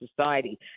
Society